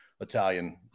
Italian